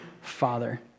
father